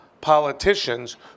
politicians